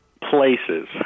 places